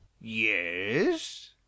Yes